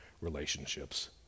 relationships